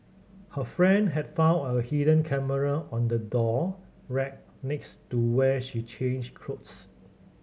her friend had found a hidden camera on the door rack next to where she changed clothes